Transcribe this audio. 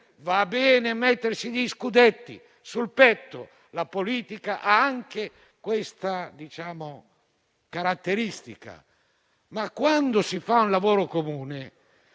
Va bene mettersi gli scudetti sul petto - la politica ha anche questa caratteristica - ma, quando si fa un lavoro comune,